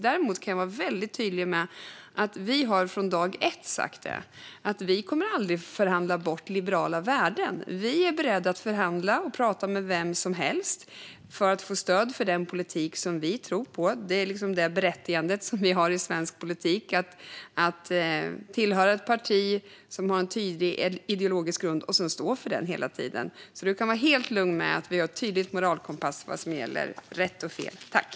Däremot kan jag vara väldigt tydlig med att vi från dag ett har sagt att vi aldrig kommer att förhandla bort liberala värden. Vi är beredda att förhandla och prata med vem som helst för att få stöd för den politik som vi tror på - det är liksom det berättigande vi har i svensk politik, det vill säga att som parti ha en tydlig ideologisk grund och sedan stå för den, hela tiden. Du kan alltså vara helt lugn med att vi har en tydlig moralkompass vad gäller rätt och fel, Gustaf Lantz.